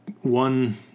one